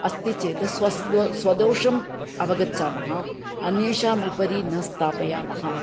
अस्ति चेत् स्वस्य दोषः स्वदोषम् अवगच्छामः अन्येषाम् उपरि न स्थापयामः